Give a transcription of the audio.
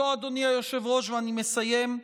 אדוני היושב-ראש, אני מסיים.